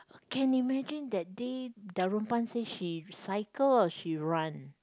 can imagine that day Darunpan say she cycle or she run